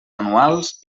anuals